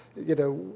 you know,